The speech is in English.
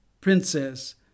Princess